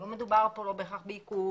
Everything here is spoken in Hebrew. לא מדובר כאן לא בהכרח בעיכוב.